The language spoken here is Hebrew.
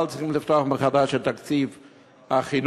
אבל צריך לפתוח מחדש את תקציב החינוך,